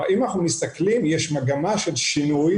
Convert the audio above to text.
אם אנחנו מסתכלים יש מגמה של שינוי,